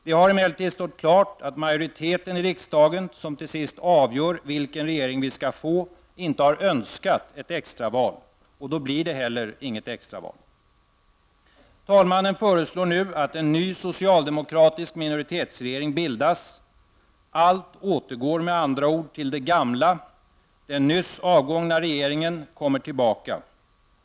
Det har emellertid stått klart att majoriteten i riksdagen, som till sist avgör vilken regering vi skall få, inte har önskat ett extra val. Då blir det heller inget extra val. Talmannen föreslår nu att en ny socialdemokratisk minoritetsregering bildas. Allt återgår med andra ord till det gamla. Den nyss avgångna regeringen kommer tillbaka.